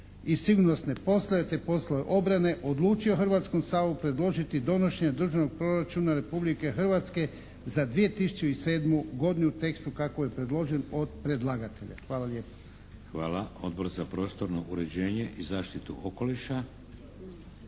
Hvala. Odbor za prostorno uređenje i zaštitu okoliša?